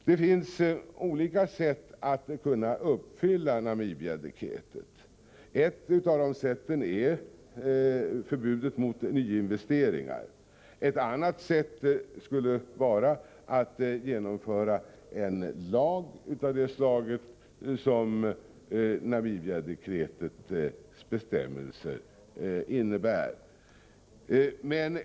Det finns olika sätt att uppfylla Namibiadekretet. Ett av dessa är att förbjuda nyinvesteringar, vilket vi har gjort. Ett annat skulle kunna vara att införa en lag av det slag som Namibiadekretets bestämmelser innebär.